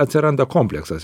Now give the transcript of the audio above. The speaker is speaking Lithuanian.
atsiranda kompleksas